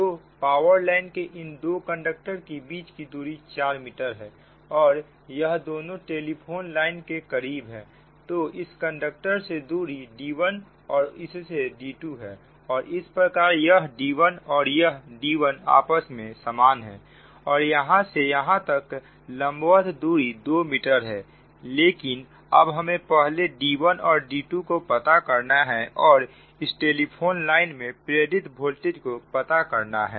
तो power line के इन दो कंडक्टर के बीच की दूरी 4 मीटर है और यह दोनों टेलीफोन लाइन के करीब है तो इस कंडक्टर से दूरी d1 और इससे d2 है और इस प्रकार यह d1 और यह d1 आपस में समान है और यहां से यहां तक लंबवत दूरी 2 मीटर है लेकिन अब हमें पहले d1 और d2 को पता करना है और इस टेलीफोन लाइन में प्रेरित वोल्टेज को पता करना है